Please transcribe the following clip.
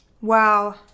Wow